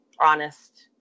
honest